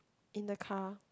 in the car